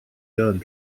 done